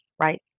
right